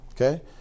Okay